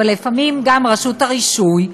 אבל לפעמים גם רשות הרישוי,